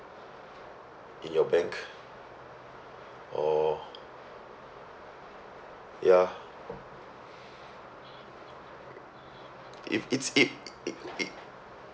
in your bank or ya if it's it